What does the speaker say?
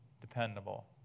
dependable